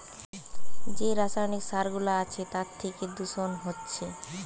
যে রাসায়নিক সার গুলা আছে তার থিকে দূষণ হচ্ছে